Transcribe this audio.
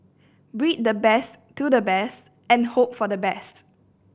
breed the best to the best and hope for the best